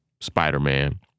Spider-Man